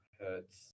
Hurts